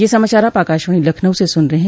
ब्रे क यह समाचार आप आकाशवाणी लखनऊ से सुन रहे हैं